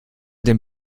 den